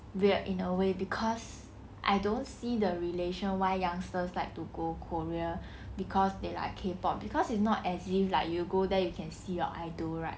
weird in a way cause I don't see the relation why youngsters like to go korea cause they like K pop cause it's not as if like you go there you can see your idol right